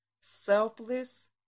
selfless